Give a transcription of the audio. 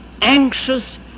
anxious